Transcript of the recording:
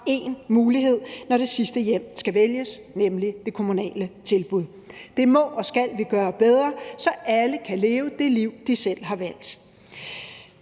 én mulighed, når det sidste hjem skal vælges, nemlig det kommunale tilbud. Det må og skal vi gøre bedre, så alle kan leve det liv, de selv har valgt.